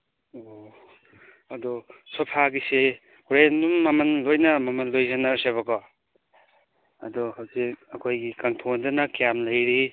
ꯑꯣ ꯑꯗꯨ ꯁꯣꯐꯥꯒꯤꯁꯦ ꯍꯣꯔꯦꯟ ꯑꯗꯨꯝ ꯃꯃꯟ ꯂꯣꯏꯅ ꯃꯃꯟꯗꯣ ꯍꯥꯏꯁꯤꯟꯅꯔꯁꯦꯕꯀꯣ ꯑꯗꯣ ꯍꯧꯖꯤꯛ ꯑꯩꯈꯣꯏꯒꯤ ꯀꯥꯡꯊꯣꯟꯗꯅ ꯀ꯭ꯌꯥꯝ ꯂꯩꯔꯤ